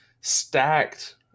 stacked